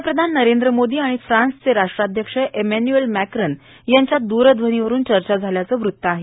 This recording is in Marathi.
पंतप्रधान नरेंद्र मोदी आणि फ्रान्सचे राष्ट्राध्यक्ष एमॅन्युअल मॅक्रन यांच्यात दूरध्वनीवर चर्चा झाल्याचं वृत्त आहे